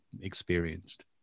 experienced